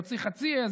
יוציא חצי עז,